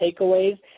takeaways